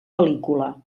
pel·lícula